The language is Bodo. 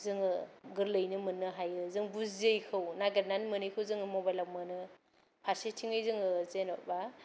जोङो गोरलैयैनो मोननो हायो जों बुजियैखौ नागिरनानै मोनैखौ जोङो मबाइलाव मोनो फारसेथिंजाय जोङो जेनोबा